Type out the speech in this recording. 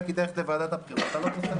כדאי ללכת לוועדת הבחירות אני לא פוסל את זה.